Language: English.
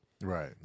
Right